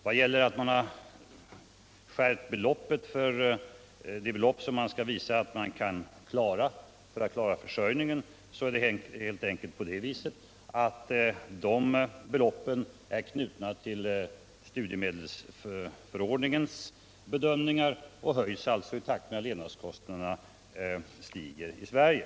Vad gäller höjningen av det belopp som man skall visa att man har för att klara sin försörjning är det helt enkelt så att dessa belopp är knutna till studiemedlen och alltså höjs i takt med att levnadskostnaderna stiger i Sverige.